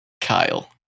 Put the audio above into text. Kyle